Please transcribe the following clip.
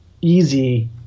easy